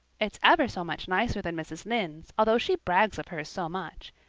it's ever so much nicer than mrs. lynde's, although she brags of hers so much.